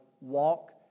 walk